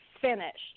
Finished